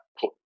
put